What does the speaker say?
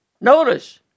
Notice